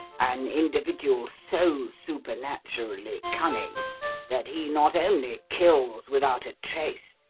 an individual so supernaturally cunning that he not only kills without a trace,